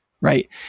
right